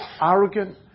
arrogant